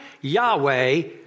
Yahweh